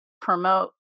promote